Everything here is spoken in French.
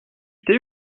thé